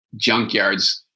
junkyards